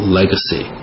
legacy